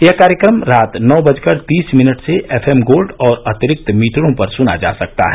यह कार्यक्रम रात नौ बजकर तीस मिनट से एफएम गोल्ड और अतिरिक्त मीटरों पर सुना जा सकता है